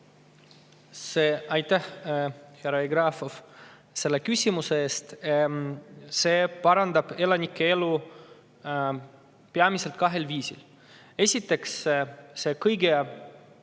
elu? Aitäh, härra Jevgrafov, selle küsimuse eest! See parandab elanike elu peamiselt kahel viisil. Esiteks, kõige